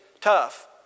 tough